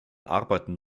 arbeiten